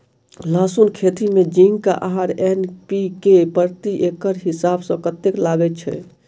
लहसून खेती मे जिंक आ एन.पी.के प्रति एकड़ हिसाब सँ कतेक लागै छै?